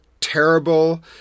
terrible